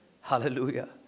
Hallelujah